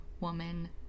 woman